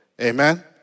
Amen